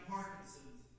Parkinson's